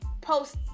post